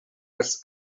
his